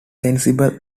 sensible